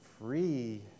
free